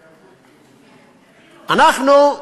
אנחנו,